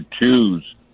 choose